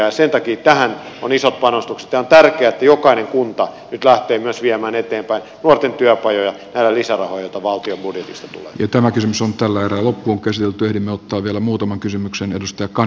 sen takia tähän on isot panostukset ja on tärkeää että jokainen kunta nyt lähtee myös viemään eteenpäin nuorten työpajoja ja lisärahoitusta valtionbudjetissa tämä kysymys on tällä erää näillä lisärahoilla joita valtion budjetista tulee